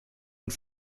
und